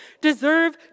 deserve